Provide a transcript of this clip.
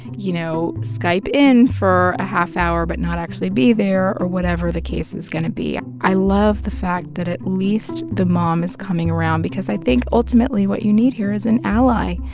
you know, skype in for a half-hour but not actually be there or whatever the case is going to be. i love the fact that at least the mom is coming around because i think, ultimately, what you need here is an ally.